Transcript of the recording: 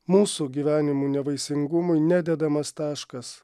mūsų gyvenimų nevaisingumui nededamas taškas